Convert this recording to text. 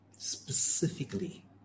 Specifically